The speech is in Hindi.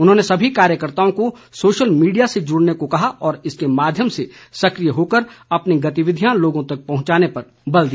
उन्होंने सभी कार्यकर्ताओं को सोशल मीडिया से जुड़ने को कहा और इसके माध्यम से सक्रिय होकर अपनी गतिविधियां लोगों तक पहुंचाने पर बल दिया